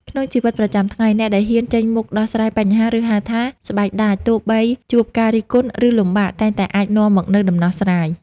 ក្នុងជីវិតប្រចាំថ្ងៃ អ្នកដែលហ៊ានចេញមុខដោះស្រាយបញ្ហា ឬហៅថា ស្បែកដាច ទោះបីជួបការរិះគន់ ឬលំបាក តែងតែអាចនាំមកនូវដំណោះស្រាយ។